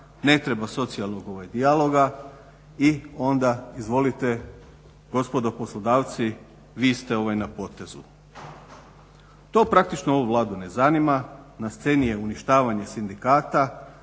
ne treba socijalnog dijaloga i onda izvolite gospodo poslodavci vi ste na potezu. To praktično ovu Vladu ne zanima. Na sceni je uništavanje sindikata